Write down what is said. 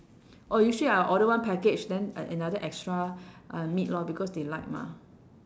oh usually I order one package then an~ another extra uh meat lor because they like mah